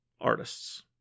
artists